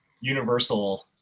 universal